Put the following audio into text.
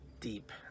deep